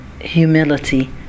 humility